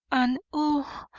and oh,